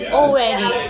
already